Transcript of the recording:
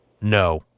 No